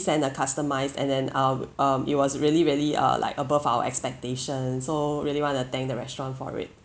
send a customised and then um um it was really really uh like above our expectation so really wanna thank the restaurant for it